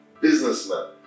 businessman